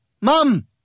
Mom